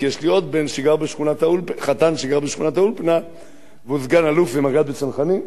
כי יש לי עוד חתן שגר בשכונת-האולפנה והוא סגן-אלוף ומג"ד בצנחנים,